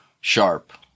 sharp